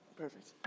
Perfect